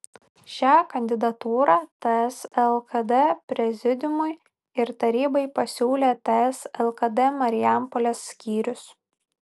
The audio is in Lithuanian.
šią kandidatūrą ts lkd prezidiumui ir tarybai pasiūlė ts lkd marijampolės skyrius